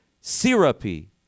syrupy